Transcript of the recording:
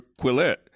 Quillette